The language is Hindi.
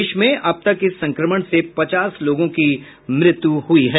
देश में अब तक इस संक्रमण से पचास लोगों की मृत्यु हो चुकी है